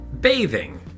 Bathing